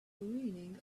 ruining